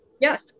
Yes